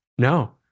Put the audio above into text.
No